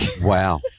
Wow